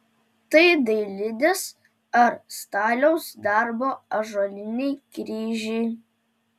tai dailidės ar staliaus darbo ąžuoliniai kryžiai